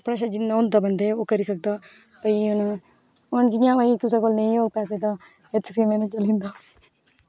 जिन्ना होई सकदा बंदै सा ओह् करी सकदा भाई इयां नी हून कुसै कोल नेंई होग पैसे तां एह्दै नै करी लैंदा